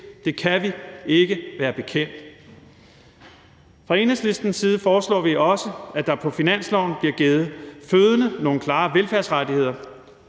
Det kan vi ikke være bekendt. Fra Enhedslistens side foreslår vi også, at der på finansloven bliver givet fødende nogle klare velfærdsrettigheder,